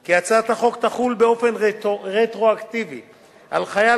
כי הצעת החוק תחול באופן רטרואקטיבי על חייל